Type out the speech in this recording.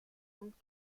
und